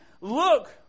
look